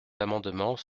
amendements